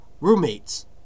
Roommates